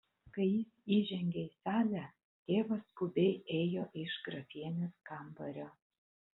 kai ji įžengė į salę tėvas skubiai ėjo iš grafienės kambario